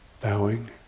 bowing